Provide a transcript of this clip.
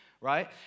right